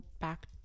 back